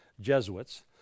Jesuits